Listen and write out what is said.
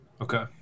okay